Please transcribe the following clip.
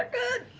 like good.